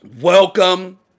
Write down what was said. Welcome